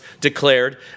declared